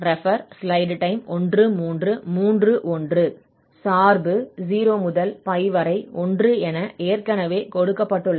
சார்பு 0 முதல் π வரை 1 என ஏற்கனவே கொடுக்கப்பட்டுள்ளது